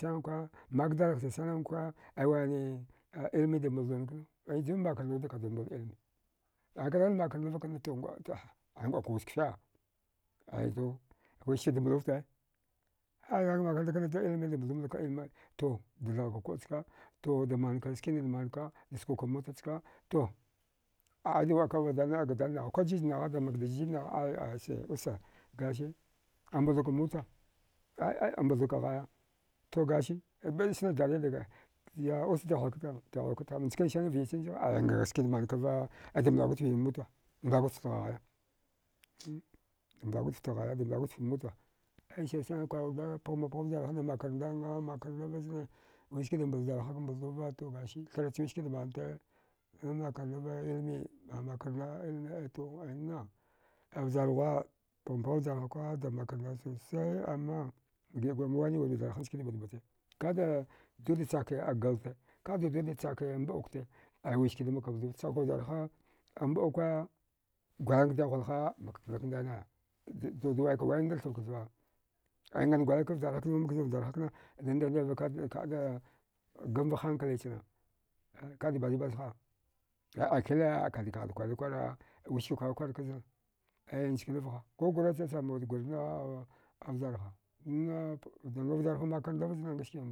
Tamnkwa mak dadaghsir sanan nkwa ai wani ilmi da mbaldun kna ai jum makarnda wuda kadiwud mbaldo ilme aka dghida makarndava kna atu nəako wazkfe aito wiski da mblufte aya dghikadan makarnda kna ilme da mbaldu mblaka ilmi to dathga ka kuəchka to damanka skina da manka da skwaka mota chka to a dakwakka waəvada dadnagha kujijnagha damakda jijnagha a usa ay əusa gasi a mbalduka mota ai ai ambalduka ghaya to gasi sine dalilin usa tahuilka tama, dahuilka tama njkanisani vyachan zigha ai ngha skida mankava da mblako chvidik mota, mblako ftwi ghya damblakuftwi ghaya da mblako fwi mota ai sirsani kwar wuda parma pgha vjarhada makarnda nga makarnda vazne ngaskida bla vjarhak mbaldova atu gasi thrachwi skada mante ngan makarndava ilmi makarnda ilmi aito ainna vjarthwa baghma ptha vjarhadam makarnda sosai amma giəagur mawaini gur vjarha nchkane batbata kada juda chakgalte kadajuda chake mɗukte aya wiskada makka mbla chaku vjarha a məuka kwayalnka dahuilha makaka blak ndai naya, da da waikawayana anda thavka thva aingan gwayalka vjarhavva makanzan vjarha kna da ndaindai vaka kada gamva hankali chana kada bazil bazha a akila kadikaghda kwarari kwara wika kwaraghikwarka zne aya njkini vaha ko gura chacham guranna vjarha na da nga vjarhan makarnda vazne ngaskida